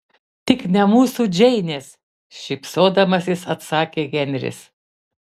tik ne mūsų džeinės šypsodamasis atsakė henris